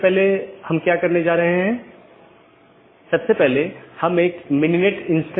BGP के साथ ये चार प्रकार के पैकेट हैं